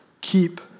keep